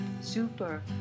super